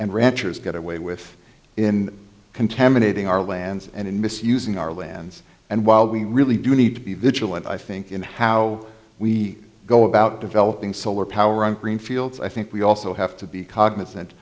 ranchers get away with in contaminating our lands and in misusing our lands and while we really do need to be vigilant i think in how we go about developing solar power and green fields i think we also have to be cognizant